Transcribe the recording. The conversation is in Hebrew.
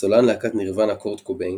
סולן להקת נירוונה קורט קוביין,